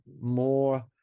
more